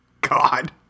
God